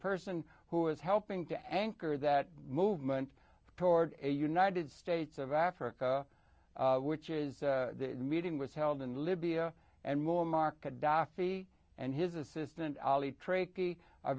person who is helping to anchor that movement toward a united states of africa which is meeting was held in libya and moammar gadhafi and his assistant ali trache are